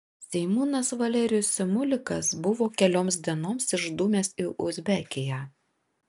seimūnas valerijus simulikas buvo kelioms dienoms išdūmęs į uzbekiją